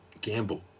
gamble